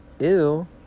Ew